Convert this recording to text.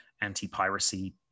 anti-piracy